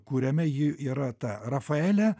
kuriame ji yra ta rafaelė